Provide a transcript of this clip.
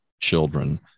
children